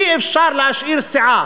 אי-אפשר להשאיר סיעה